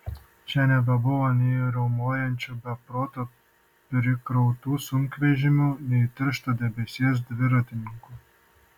čia nebebuvo nei riaumojančių be proto prikrautų sunkvežimių nei tiršto debesies dviratininkų